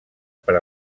per